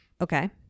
Okay